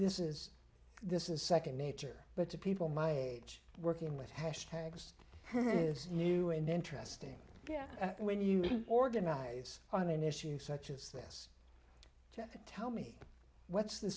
this is this is second nature but to people my age working with hashtags new and interesting when you organize on an issue such as that tell me what's the